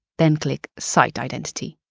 then click site identity.